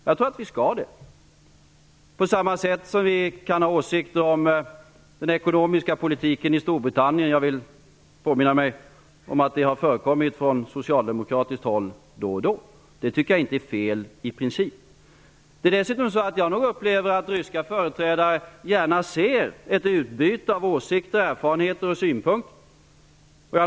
Jag tror att vi skall diskutera den på samma sätt som vi diskuterar den ekonomiska politiken i Storbritannien. Jag påminner mig att socialdemokraterna då och då har haft åsikter om den. Det är i princip inte fel. Dessutom upplever jag att ryska företrädare gärna ser ett utbyte av åsikter, erfarenheter och synpunkter.